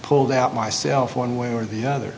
pulled out myself one way or the other